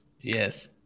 Yes